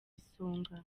isonga